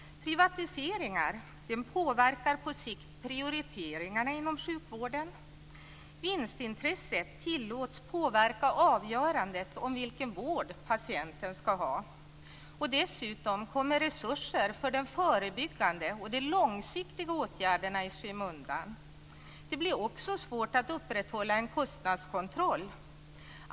Privatiseringar påverkar på sikt prioriteringarna inom sjukvården. Vinstintresset tillåts påverka avgörandet om vilken vård patienten ska ha. Dessutom kommer resurser för den förebyggande vården och de långsiktiga åtgärderna i skymundan. Det blir också svårt att upprätthålla en kostnadskontroll.